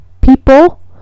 people